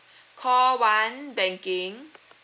call one banking